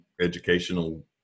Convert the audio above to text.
educational